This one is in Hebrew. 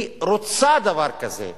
היא רוצה דבר כזה.